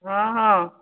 ହଁ ହଁ